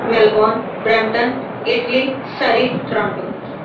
Melbourne Brampton Italy Surrey Toronto